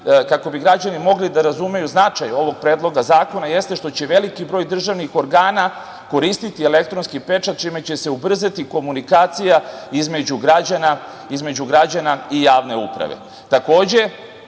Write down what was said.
bi građani mogli da razumeju značaj ovog Predloga zakona jeste što će veliki broj državnih organa koristiti elektronski pečat, čime će se ubrzati komunikacija između građana i javne uprave. Takođe,